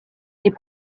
est